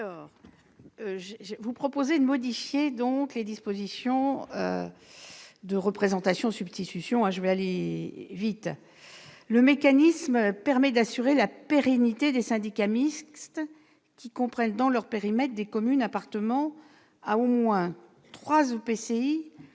Il est ici proposé de modifier les dispositions de représentation-substitution. Le mécanisme permet d'assurer la pérennité des syndicats mixtes qui comprennent, dans leur périmètre, des communes appartenant à au moins trois